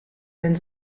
wenn